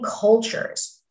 cultures